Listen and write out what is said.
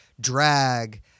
drag